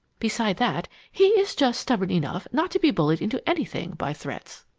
beside that, he is just stubborn enough not to be bullied into anything by threats.